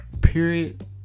period